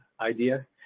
idea